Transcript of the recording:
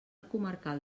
comarcal